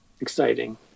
exciting